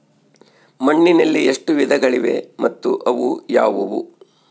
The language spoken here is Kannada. ಮಣ್ಣಿನಲ್ಲಿ ಎಷ್ಟು ವಿಧಗಳಿವೆ ಮತ್ತು ಅವು ಯಾವುವು?